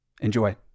Enjoy